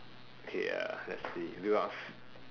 okay uh let's see